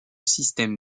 système